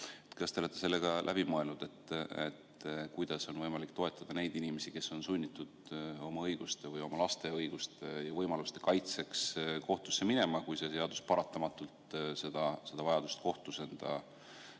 Kas te olete ka läbi mõelnud, kuidas on võimalik toetada neid inimesi, kes on sunnitud oma õiguste või oma laste õiguste ja võimaluste kaitseks kohtusse minema, kui see seadusemuudatus vajadust kohtus enda